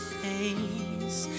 face